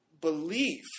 belief